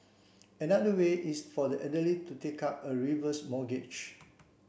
another way is for the elderly to take up a reverse mortgage